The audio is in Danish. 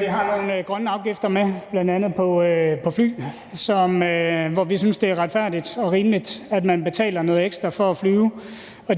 vi har nogle grønne afgifter med, bl.a. på fly, hvor vi synes, det er retfærdigt og rimeligt, at man betaler noget ekstra for at flyve.